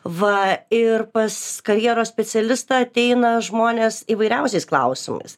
va ir pas karjeros specialistą ateina žmonės įvairiausiais klausimais